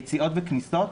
יציאות וכניסות,